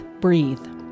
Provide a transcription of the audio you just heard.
breathe